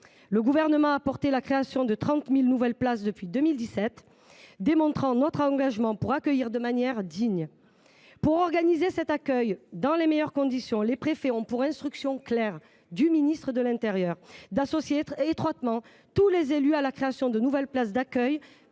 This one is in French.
Le Gouvernement a soutenu la création de 30 000 nouvelles places depuis 2017, ce qui démontre notre engagement à accueillir de manière digne les demandeurs d’asile. Pour organiser cet accueil dans les meilleures conditions, les préfets ont pour instruction claire du ministre de l’intérieur d’associer étroitement tous les élus à la création de nouvelles places d’accueil